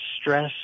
stress